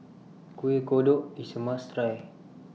Kueh Kodok IS A must Try